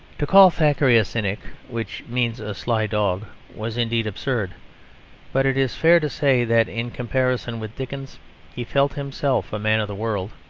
to call thackeray a cynic, which means a sly dog, was indeed absurd but it is fair to say that in comparison with dickens he felt himself a man of the world.